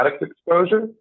exposure